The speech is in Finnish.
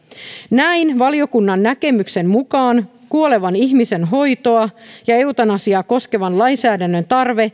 näin valiokunnan näkemyksen mukaan kuolevan ihmisen hoitoa ja eutanasiaa koskevan lainsäädännön tarve tulee arvioida kun